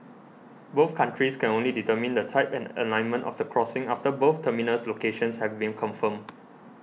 both countries can only determine the type and alignment of the crossing after both terminus locations have been confirmed